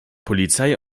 polizei